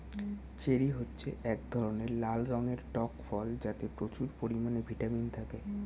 cherry হচ্ছে এক ধরনের লাল রঙের টক ফল যাতে প্রচুর পরিমাণে ভিটামিন থাকে